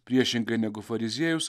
priešingai negu fariziejus